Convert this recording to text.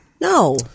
No